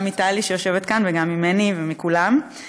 גם מטלי וגם ממני ומכולם,